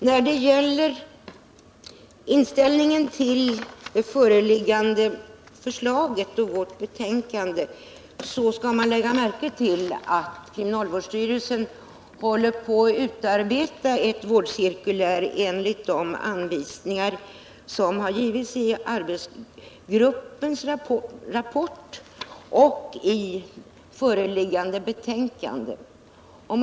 När det gäller inställningen till det föreliggande utskottsförslaget bör man lägga märke till att kriminalvårdsstyrelsen håller på att utarbeta ett vårdcirkulär enligt de anvisningar som har givits i arbetsgruppens rapport och i det föreliggande betänkandet.